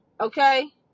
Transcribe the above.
okay